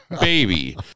baby